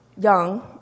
young